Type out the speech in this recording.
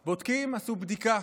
"בודקים" עשו בדיקה